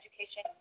education